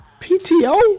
PTO